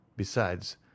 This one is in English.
Besides